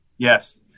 Yes